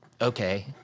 okay